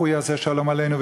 הוא יעשה שלום עלינו,